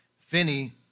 Finney